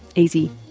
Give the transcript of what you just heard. easy.